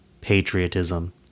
patriotism